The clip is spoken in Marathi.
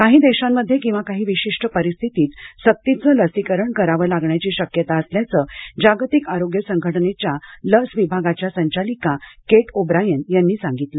काही देशांमध्ये किंवा काही विशिष्ट परिस्थितीत सक्तीचं लसीकरण करावं लागण्याची शक्यता असल्याचं जागतिक आरोग्य संघटनेच्या लस विभागाच्या संचालिका केट ओब्रायन यांनी सांगितलं